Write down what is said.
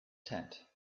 tent